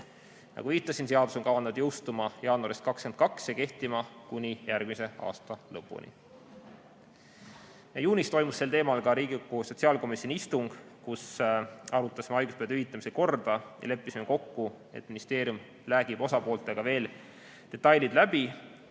Nagu viitasin, seadus on kavandatud jõustuma jaanuarist 2022 ja kehtima kuni järgmise aasta lõpuni. Juunis toimus sel teemal ka Riigikogu sotsiaalkomisjoni istung, kus arutasime haiguspäevade hüvitamise korda ja leppisime kokku, et ministeerium räägib osapooltega detailid veel